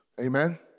Amen